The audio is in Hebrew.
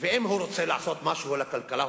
ואם הוא רוצה לעשות משהו לכלכלה,